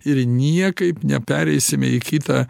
ir niekaip nepereisime į kitą